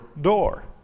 door